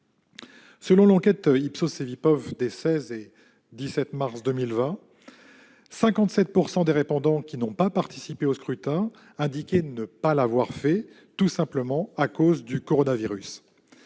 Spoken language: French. Selon l'enquête Ipsos-Cevipof des 16 et 17 mars 2020, quelque 57 % des répondants qui n'ont pas participé au scrutin indiquaient ne pas l'avoir fait à cause du coronavirus.